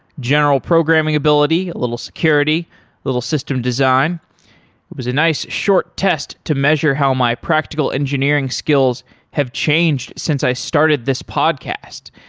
general programming ability, a little security, a little system design. it was a nice, short test to measure how my practical engineering skills have changed since i started this podcast.